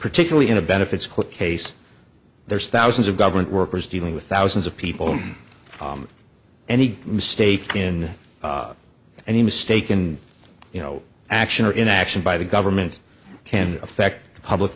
particularly in a benefits click case there's thousands of government workers dealing with thousands of people any mistake in any mistaken you know action or inaction by the government can affect the public